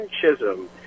Chisholm